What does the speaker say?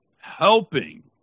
helping